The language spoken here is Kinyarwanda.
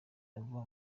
ava